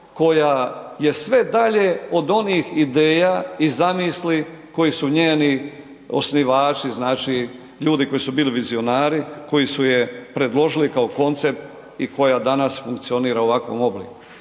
koja je sve dalje od onih ideja i zamisli koje su njeni osnivači, znači ljudi koji su bili vizionari, koji su je predložili kao koncept i koja danas funkcionira u ovakvom obliku.